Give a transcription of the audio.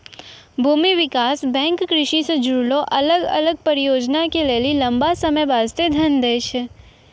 भूमि विकास बैंक कृषि से जुड़लो अलग अलग परियोजना के लेली लंबा समय बास्ते धन दै छै